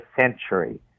century